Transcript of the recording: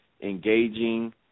engaging